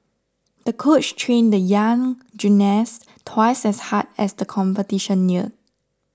the coach trained the young gymnast twice as hard as the competition neared